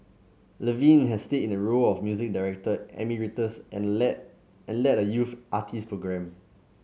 Levine had stayed in the role of music director emeritus and led and led a youth artist program